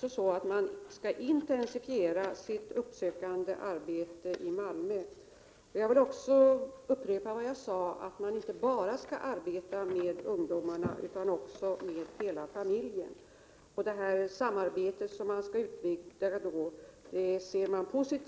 Herr talman! Låt mig först säga att det naturligtvis har vidtagits en del åtgärder, men det uppsökande arbetet i Malmö måste intensifieras. Jag vill upprepa vad jag sade tidigare, nämligen att man inte bara skall arbeta med ungdomarna utan också med hela familjer. Ett sådant samarbete, som alltså skall utvecklas för att man skall kunna komma till rätta